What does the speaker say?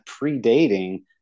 predating